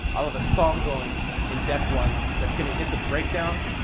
all of a song going in deck one, that's gonna hit the breakdown.